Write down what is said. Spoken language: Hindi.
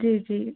जी जी